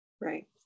Right